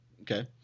okay